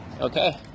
Okay